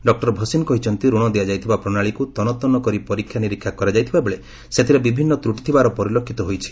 doctor Bhasin କହିଛନ୍ତି ରଣ ଦିଆଯାଇଥିବା ପ୍ରଶାଳୀକୁ ତନ୍ନତନ୍ନ କରି ପରୀକ୍ଷା ନିରୀକ୍ଷା କରାଯାଇ ଥିବାବେଳେ ସେଥିରେ ବିଭିନ୍ନ ତ୍ରଟି ଥିବାର ପରିଲକ୍ଷିତ ହୋଇଛି